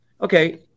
Okay